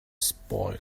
spoil